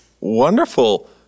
Wonderful